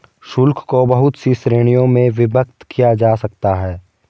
शुल्क को बहुत सी श्रीणियों में विभक्त किया जा सकता है